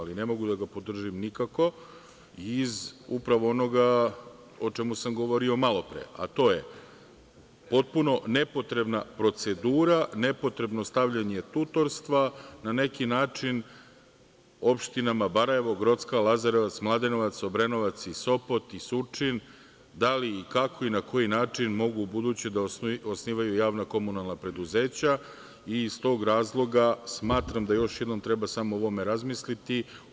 Ali, ne mogu da ga podržim nikako, iz upravo onoga o čemu sam govorio malopre, a to je potpuno nepotrebna procedura, nepotrebno stavljanje tutorstva na neki način opštinama Barajevo, Grocka, Lazarevac, Mladenovac, Obrenovac, Sopot i Surčin da li i kako i na koji način mogu ubuduće da osnivaju javna komunalna preduzeća i iz tog razloga smatram da još jednom treba samo o ovome razmisliti.